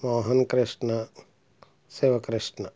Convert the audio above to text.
Mohanakrishna Sivakrishna